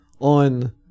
on –